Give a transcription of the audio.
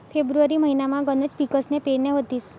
February महिनामा गनच पिकसन्या पेरण्या व्हतीस